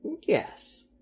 Yes